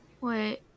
wait